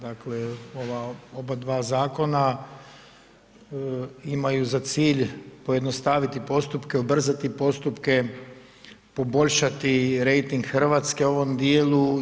Dakle, ova oba dva zakona imaju za cilj pojednostaviti postupke, ubrzati postupke, poboljšati rejting Hrvatske u ovom dijelu.